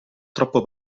troppo